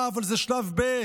אה, אבל זה שלב ב'.